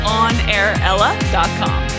onairella.com